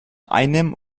einem